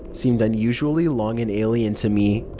seemed unusually long and alien to me.